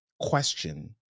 question